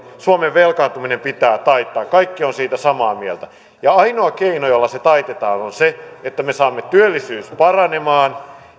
suomen velkaantuminen pitää taittaa kaikki ovat siitä samaa mieltä ja ainoa keino jolla se taitetaan on se että me saamme työllisyyden paranemaan